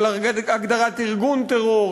של הגדרת ארגון טרור,